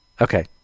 Okay